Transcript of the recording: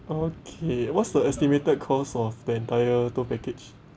okay what's the estimated cost of the entire tour package